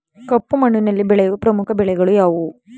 ಕಪ್ಪು ಮಣ್ಣಿನಲ್ಲಿ ಬೆಳೆಯುವ ಪ್ರಮುಖ ಬೆಳೆಗಳು ಯಾವುವು?